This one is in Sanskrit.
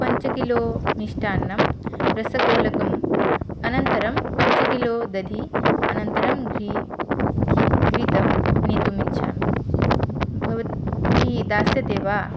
पञ्चकिलो मिष्टान्नं रसगोलकम् अनन्तरं पञ्चकिलो दधि अनन्तरं घ्रि घी घृतं नेतुमिच्छामि भवद्भिः दास्यते वा